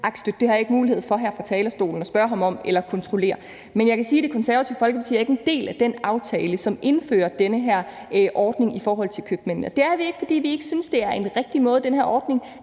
har jeg ikke mulighed for her fra talerstolen at spørge ham om eller kontrollere. Men jeg kan sige, at Det Konservative Folkeparti ikke er en del af den aftale, som indfører den her ordning i forhold til købmændene, og det er vi ikke, fordi vi ikke synes, det er en rigtig måde,